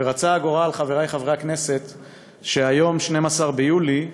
רצה הגורל, חברי חברי הכנסת, שהיום, 12 ביולי,